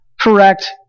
Correct